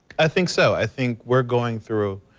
i think so i think we're going through.